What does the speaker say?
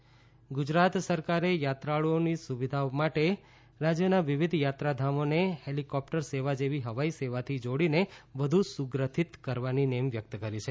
વિજય રૂપાણી અંબાજી ગુજરાત સરકારે યાત્રાળૂઓની સુવિધા માટે રાજ્યના વિવિધ યાત્રાધામોને હેલીકોપ્ટર સેવા જેવી હવાઈ સેવાથી જોડીને વધુ સુગ્રથિત કરવાની નેમ વ્યકત કરી છે